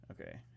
Okay